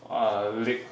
oh I leg